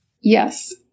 Yes